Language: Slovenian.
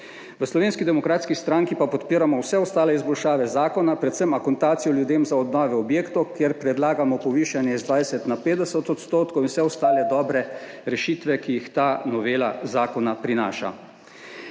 V Slovenski demokratski stranki pa podpiramo vse ostale izboljšave zakona, predvsem akontacijo ljudem za obnove objektov, kjer predlagamo povišanje iz 20 na 50 %, in vse ostale dobre rešitve, ki jih ta novela zakona prinaša.